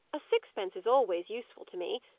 a sixpence is always useful to me,